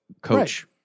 coach